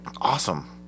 awesome